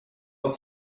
and